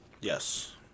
yes